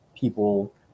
people